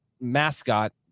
mascot